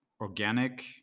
organic